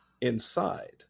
inside